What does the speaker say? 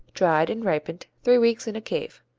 dried and ripened three weeks in a cave.